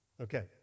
okay